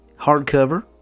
hardcover